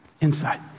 inside